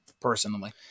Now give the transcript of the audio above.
Personally